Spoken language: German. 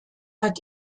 hat